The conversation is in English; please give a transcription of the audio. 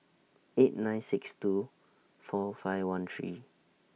eight nine six two four five one three